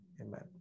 Amen